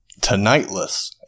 Tonightless